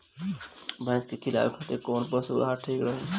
भैंस के खिलावे खातिर कोवन पशु आहार ठीक रही?